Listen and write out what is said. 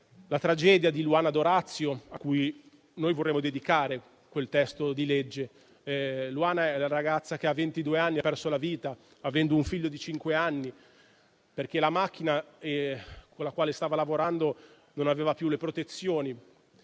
la tragedia di Luana D'Orazio, a cui noi vorremmo dedicare quel testo di legge. Luana è la ragazza che a ventidue anni ha perso la vita, lasciando un figlio di cinque anni, perché la macchina con la quale stava lavorando non aveva più le protezioni,